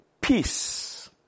peace